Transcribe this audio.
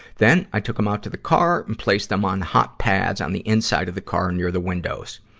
then, i took em out to the car and placed them on hot pads on the inside of the car near the windows.